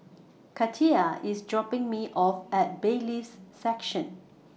Katia IS dropping Me off At Bailiffs' Section